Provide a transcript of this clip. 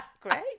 great